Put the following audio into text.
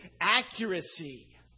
accuracy